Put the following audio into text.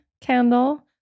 candle